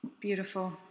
beautiful